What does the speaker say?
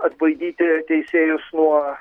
atbaidyti teisėjus nuo